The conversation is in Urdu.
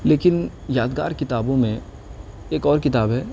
لیکن یادگار کتابوں میں ایک اور کتاب ہے